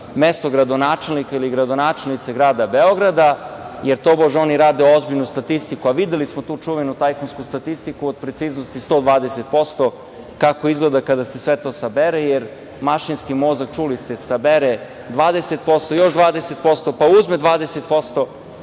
mesto gradonačelnika ili gradonačelnicu grada Beograda, jer tobože oni rade ozbiljnu statistiku. Videli smo tu čuvenu tajkunsku statistiku od preciznosti 120% kako izgleda kada se sve to sabere, jer mašinski mozak, čuli ste, sabere 20%, još 20%, pa uzme 20%